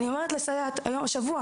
אמרתי השבוע